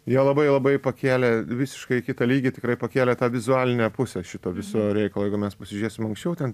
jie labai labai pakėlė visiškai į kitą lygį tikrai pakėlė tą vizualinę pusę šito viso reikalo jeigu mes pasižiūrėsim anksčiau ten